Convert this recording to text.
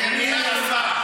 אדוני השר,